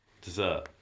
Dessert